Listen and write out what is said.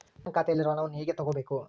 Bank ಖಾತೆಯಲ್ಲಿರುವ ಹಣವನ್ನು ಹೇಗೆ ತಗೋಬೇಕು?